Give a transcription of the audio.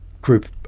group